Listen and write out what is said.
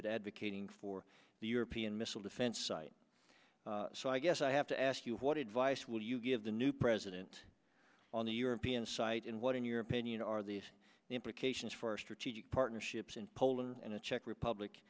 in advocating for the european missile defense site so i guess i have to ask you what advice would you give the new president on the european side and what in your opinion are these the implications for strategic partnerships in poland and the czech republic